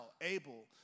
able